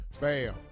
Bam